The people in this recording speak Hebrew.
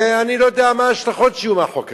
ואני לא יודע מה ההשלכות שיהיו לחוק הזה.